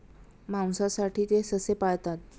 मांसासाठी ते ससे पाळतात